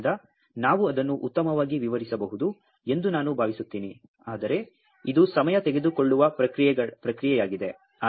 ಆದ್ದರಿಂದ ನಾವು ಅದನ್ನು ಉತ್ತಮವಾಗಿ ವಿವರಿಸಬಹುದು ಎಂದು ನಾನು ಭಾವಿಸುತ್ತೇನೆ ಆದರೆ ಇದು ಸಮಯ ತೆಗೆದುಕೊಳ್ಳುವ ಪ್ರಕ್ರಿಯೆಯಾಗಿದೆ